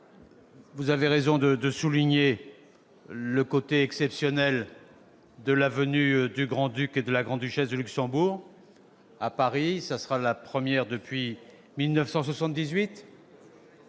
vous avez raison de souligner le caractère exceptionnel de la venue du Grand-Duc et de la Grande-Duchesse de Luxembourg à Paris. Cela n'était pas arrivé depuis 1978